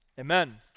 Amen